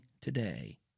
today